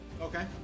Okay